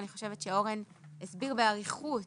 אני חושבת שאורן הסביר באריכות